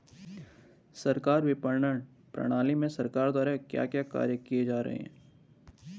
फसल विपणन प्रणाली में सरकार द्वारा क्या क्या कार्य किए जा रहे हैं?